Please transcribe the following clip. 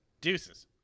Deuces